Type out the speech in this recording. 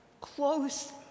close